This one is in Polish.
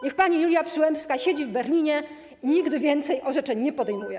Niech pani Julia Przyłębska siedzi w Berlinie i nigdy więcej orzeczeń nie podejmuje.